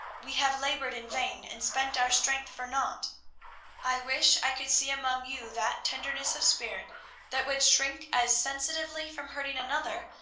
we have labored in vain, and spent our strength for naught i wish i could see among you that tenderness of spirit that would shrink as sensitively from hurting another,